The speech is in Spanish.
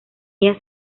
ella